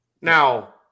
Now